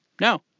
no